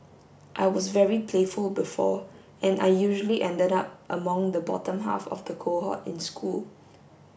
I was very playful before and I usually ended up among the bottom half of the cohort in school